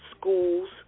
schools